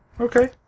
Okay